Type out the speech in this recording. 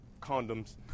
condoms